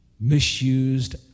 misused